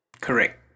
Correct